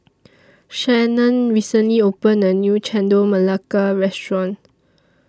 Shannan recently opened A New Chendol Melaka Restaurant